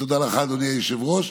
תודה לך, אדוני היושב-ראש.